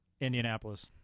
Indianapolis